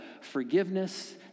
forgiveness